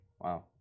Wow